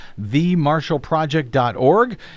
themarshallproject.org